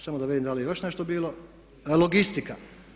Samo da vidim da li je još nešto bilo, logistika.